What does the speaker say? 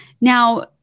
Now